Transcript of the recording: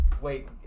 wait